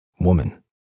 Woman